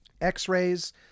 x-rays